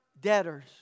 debtors